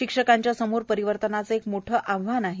शिक्षकांच्या समोर परिवर्तनाचं एक मोठं आव्हान आहे